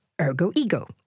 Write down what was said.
ergo-ego